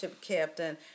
captain